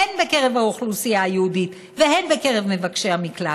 הן בקרב האוכלוסייה היהודית והן בקרב מבקשי המקלט,